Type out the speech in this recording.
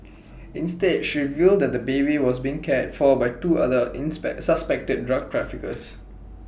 instead she revealed that the baby was being cared for by two other inspect suspected drug traffickers